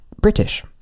British